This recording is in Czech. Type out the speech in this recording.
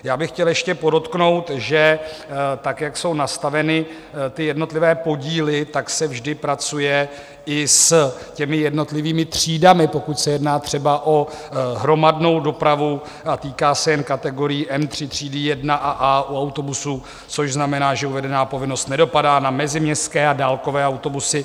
Já bych chtěl ještě podotknout, že tak, jak jsou nastaveny jednotlivé podíly, se vždy pracuje i s jednotlivými třídami, pokud se jedná třeba o hromadnou dopravu a týká se jen kategorií M3 třídy 1 a A u autobusů, což znamená, že uvedená povinnost nedopadá na meziměstské a dálkové autobusy.